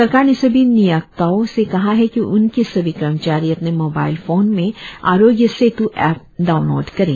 सरकार ने सभी नियोक्ताओं से कहा है कि उनके सभी कर्मचारी अपने मोबाईल फोन में आरोग्य सेत् एप डाउनलोड करें